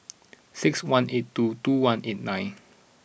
six one eight two two one eight nine